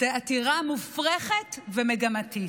עתירה מופרכת ומגמתית.